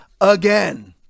again